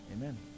amen